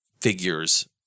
figures